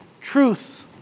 truth